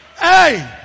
Hey